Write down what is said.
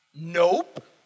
Nope